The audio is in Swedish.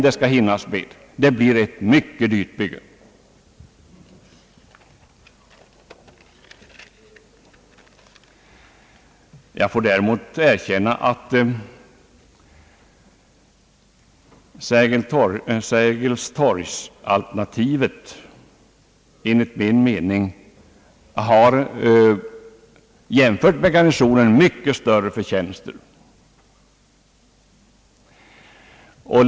Det kommer att bli ett mycket dyrt bygge. Sergelstorgs-alternativet har jämfört med Garnisons-projektet enligt min mening mycket stora förtjänster.